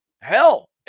Hell